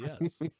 yes